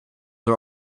are